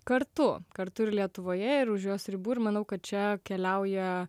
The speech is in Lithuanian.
kartu kartu ir lietuvoje ir už jos ribų ir manau kad čia keliauja